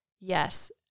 yes